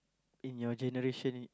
in your generation